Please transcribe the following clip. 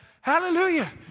Hallelujah